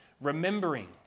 remembering